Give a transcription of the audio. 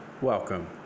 welcome